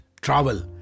Travel